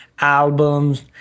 albums